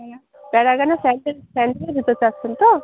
হ্যাঁ প্যারাগনের sandal sandal জুতো চাচ্ছেন তো